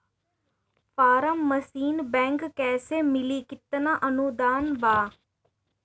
Form machinery bank कैसे मिली कितना अनुदान बा?